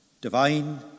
Divine